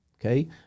Okay